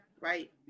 right